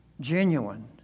genuine